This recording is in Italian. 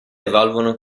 evolvono